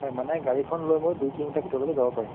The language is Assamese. হয় মানে গাড়ীখন লৈ মই দুই কিলোমিটাৰ ভিতৰলৈকে যাব পাৰিম